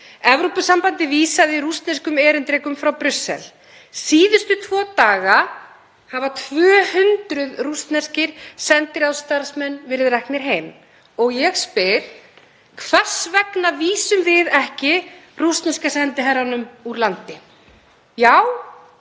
Evrópusambandið vísaði rússneskum erindrekum frá Brussel. Síðustu tvo daga hafa 200 rússneskir sendiráðsstarfsmenn verið reknir heim. Ég spyr: Hvers vegna vísum við ekki rússneska sendiherranum úr landi?